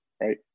right